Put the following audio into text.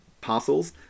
parcels